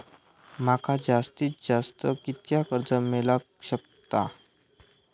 माका जास्तीत जास्त कितक्या कर्ज मेलाक शकता?